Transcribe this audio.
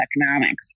Economics